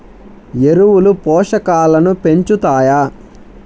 ఎరువులు పోషకాలను పెంచుతాయా?